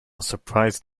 surprised